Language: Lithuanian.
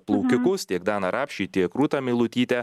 plaukikus tiek daną rapšį tiek rūtą meilutytę